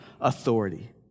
authority